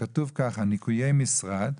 כתוב ככה: ניכויי משרד,